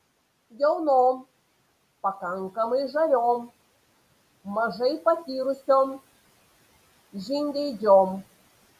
jaunom pakankamai žaviom mažai patyrusiom žingeidžiom